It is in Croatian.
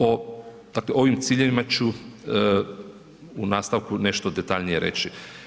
O dakle, ovim ciljevima ću u nastavku nešto detaljnije reći.